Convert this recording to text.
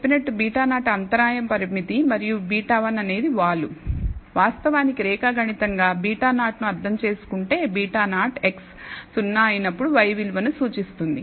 నేను చెప్పినట్లు β0 అంతరాయం పరామితి మరియు β1 అనేది వాలు వాస్తవానికి రేఖాగణితంగా β0 ను అర్థం చేసుకుంటే β0 x 0 అయినప్పుడు y విలువను సూచిస్తుంది